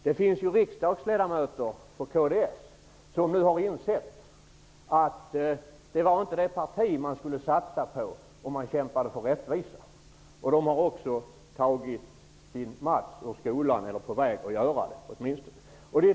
Det finns riksdagsledamöter från kds som nu insett att kds inte var det parti som man skulle satsa på om man kämpar för rättvisa. De har också tagit sin mats ur skolan, eller är åtminstone på väg att göra det.